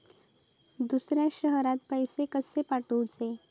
दुसऱ्या शहरात पैसे कसे पाठवूचे?